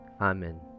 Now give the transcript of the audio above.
Amen